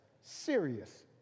serious